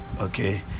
okay